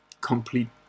Complete